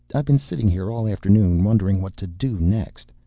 i've been sitting here all afternoon wondering what to do next.